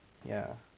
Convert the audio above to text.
ya